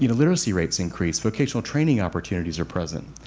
you know literacy rates increase. vocational training opportunities are present.